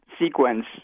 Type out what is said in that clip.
sequence